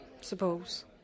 Suppose